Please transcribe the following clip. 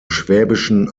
schwäbischen